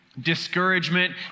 discouragement